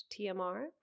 TMR